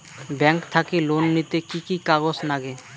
Bank থাকি loan নিতে কি কি কাগজ নাগে?